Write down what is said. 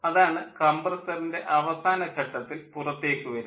അതാണ് കംപ്രസ്സറിൻ്റെ അവസാന ഘട്ടത്തിൽ പുറത്തേക്ക് വരുന്നത്